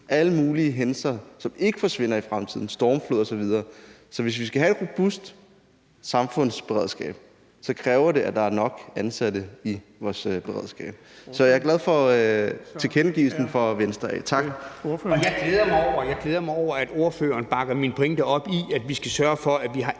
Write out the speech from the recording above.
stormflod, som ikke forsvinder i fremtiden. Så hvis vi skal have et robust samfundsberedskab, kræver det, at der er nok ansatte i vores beredskab. Så jeg er glad for tilkendegivelsen fra Venstre.